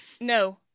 No